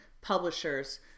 publishers